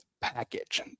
package